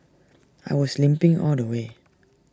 I was limping all the way